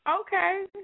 Okay